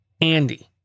Andy